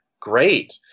great